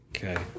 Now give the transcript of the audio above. Okay